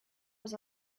was